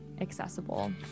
accessible